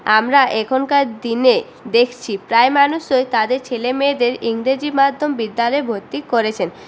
আমরা এখনকার দিনে দেখছি প্রায় মানুষই তাদের ছেলেমেয়েদের ইংরাজি মাধ্যম বিদ্যালয়ে ভর্তি করেছেন